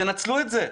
תנצלו את זה.